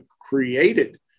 created